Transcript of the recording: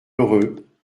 heureux